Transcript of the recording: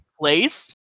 place